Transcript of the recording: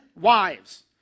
wives